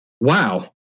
wow